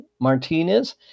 Martinez